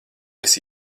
esi